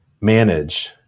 manage